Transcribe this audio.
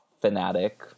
fanatic